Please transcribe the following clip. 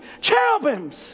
cherubims